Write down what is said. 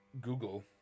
Google